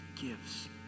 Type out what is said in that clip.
gives